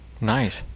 Nice